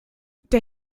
der